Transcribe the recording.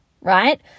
right